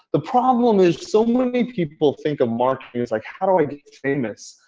the problem is so many people think of marketing as like, how do i get famous?